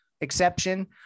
exception